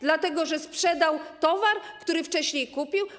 Dlatego że sprzedał towar, który wcześniej kupił?